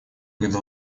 когда